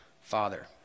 father